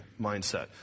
mindset